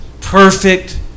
perfect